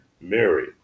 mary